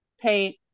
Paint